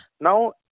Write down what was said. Now